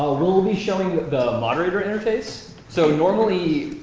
ah we'll we'll be showing the moderator interface. so normally,